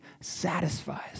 satisfies